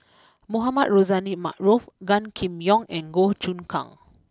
Mohamed Rozani Maarof Gan Kim Yong and Goh Choon Kang